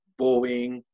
Boeing